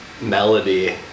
melody